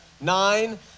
Nine